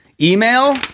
email